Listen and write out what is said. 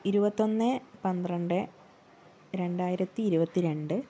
ഇരുപത്തൊന്ന് പന്ത്രണ്ട് രണ്ടായിരത്തി ഇരുപത്തിരണ്ട്